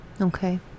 Okay